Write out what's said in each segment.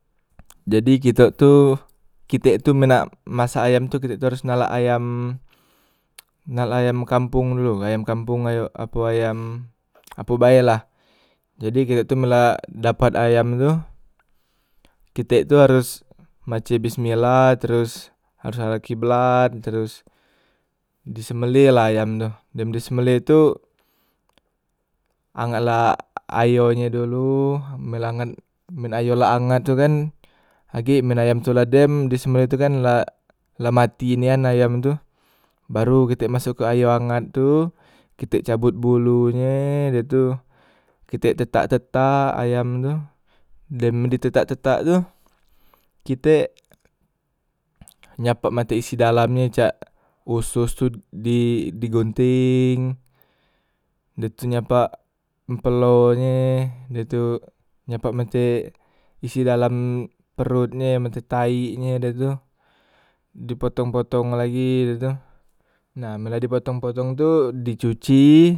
jadi kitok tu kitek tu men nak masak ayam tu kitek tu aros nalak ayam nalak ayam kampong dolo, ayam kampong ayo apo ayam apo bae lah, jadi kitek tu men la dapat ayam tu, kitek tu haros mace bismillah tros aros arah kiblat tros disembeleh lah ayam tu, dem disembeleh tu angat lah ayo nye dolo, men la angat men ayo la angat tu kan agek men ayam la dem disembeleh tu kan la la mati nian ayam tu, baru kitek masok ke ayo angat tu, kitek cabot bolonye, dah tu kitek tetak- tetak ayam tu, dem di tetak- tetak tu kitek nyapak mate isi dalam e cak osos tu di digunteng, dah tu nyapak empelonye, dah tu nyapak mate isi dalam perotnye mate taiknye, dah tu dipotong- potong lagi dah tu, nah men la dipotong- potong tu dicuci,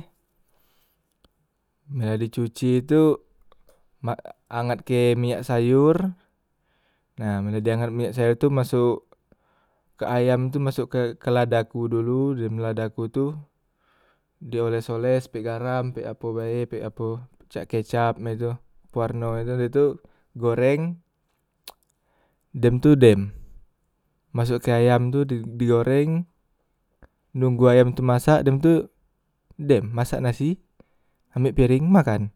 ha dicuci tu mak angatke minyak sayor, nah men dah di angat minyak sayor tu masok ke ayam tu masok ke ke ladaku dulu, dem ladaku tu, dioles- oles pek garam pek apo bae pek apo cak kecap mak itu, pewarno e tu ye tu goreng, dem tu dem, masokke ayam tu di digoreng, nunggu ayam tu masak dem tu dem, masak nasi ambek pereng makan.